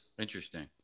Interesting